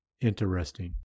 interesting